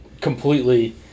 completely